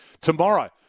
tomorrow